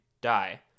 die